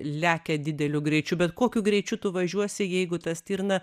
lekia dideliu greičiu bet kokiu greičiu tu važiuosi jeigu ta stirna